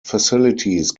facilities